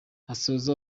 asoza